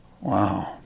Wow